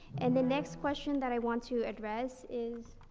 and the next question that i want to address is.